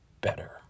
better